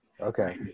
okay